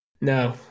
No